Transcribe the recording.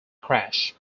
crash